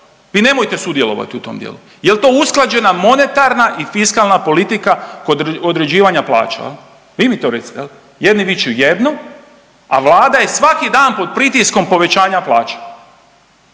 vi nemojte sudjelovati u tom dijelu. Je li to usklađena monetarna i fiskalna politika kod određivanja plaća? Vi mi to recite, jedni viču jedno, a Vlada je svaki dan pod pritiskom povećanja plaća.